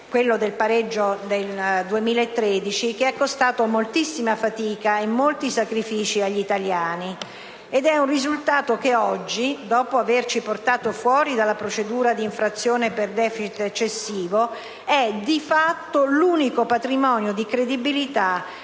risultato del pareggio del 2013 - lo sappiamo bene - è costato moltissima fatica e molti sacrifici agli italiani. È un risultato che oggi, dopo averci portato fuori dalla procedura d'infrazione per *deficit* eccessivo, è di fatto l'unico patrimonio di credibilità